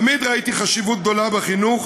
תמיד ראיתי חשיבות גדולה בחינוך,